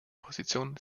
positionen